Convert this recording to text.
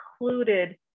included